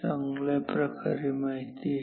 चांगल्या प्रकारे माहिती आहे